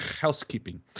housekeeping